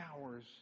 hours